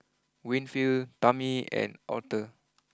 Winfield Tammie and Aurthur